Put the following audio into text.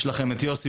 יש לכן את יוסי,